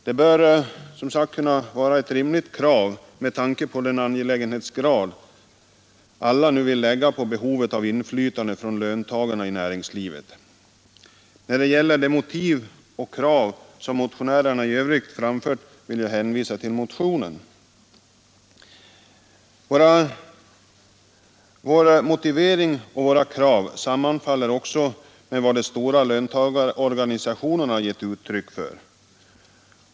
Det bör som sagt kunna anses vara ett rimligt krav med tanke på den angelägenhetsgrad alla nu vill inlägga i behovet av inflytande från löntagarna i näringslivet. När det gäller de motiv och krav som motionärerna i övrigt framfört vill jag hänvisa till motionen. Vår motivering och vårt krav sammanfaller också med vad de stora löntagarorganisationerna gett uttryck för.